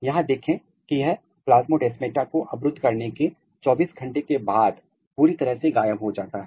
यहां देखें कि यह प्लास्मोडेस्माटा को अवरुद्ध करने के 24 घंटे के बाद पूरी तरह से गायब हो जाता है